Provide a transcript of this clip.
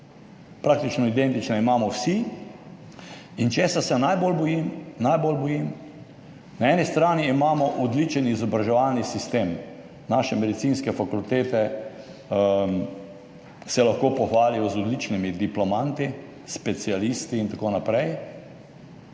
praktično identične imamo vsi. Česa se najbolj bojim? Na eni strani imamo odličen izobraževalni sistem, naše medicinske fakultete se lahko pohvalijo z odličnimi diplomanti specialisti in tako naprej,